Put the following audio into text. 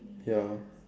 ya